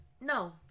No